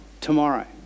Tomorrow